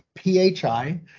PHI